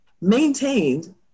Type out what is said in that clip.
Maintained